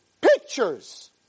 pictures